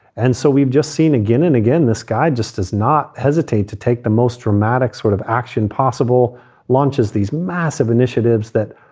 and so we've just seen again and again, this guy just does not hesitate to take the most dramatic sort of action possible launches these. massive initiatives that,